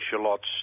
shallots